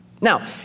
Now